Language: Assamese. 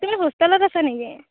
তুমি হোষ্টেলত আছা নেকি